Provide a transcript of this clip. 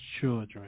children